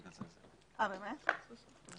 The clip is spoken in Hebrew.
בסדר.